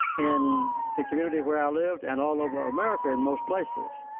in the community where i lived and all over america in most places,